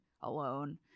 alone